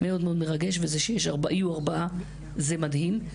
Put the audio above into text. מאוד מאוד מרגש וזה שיהיו ארבעה זה מדהים.